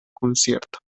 concierto